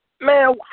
Man